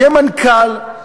יהיה מנכ"ל,